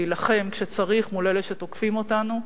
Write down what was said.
להילחם כשצריך מול אלה שתוקפים אותנו,